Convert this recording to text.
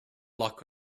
luck